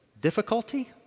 Difficulty